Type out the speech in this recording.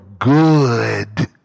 good